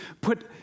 put